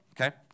okay